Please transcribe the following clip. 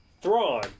Thrawn